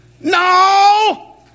No